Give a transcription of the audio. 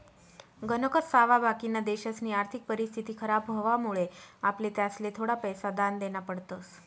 गणकच सावा बाकिना देशसनी आर्थिक परिस्थिती खराब व्हवामुळे आपले त्यासले थोडा पैसा दान देना पडतस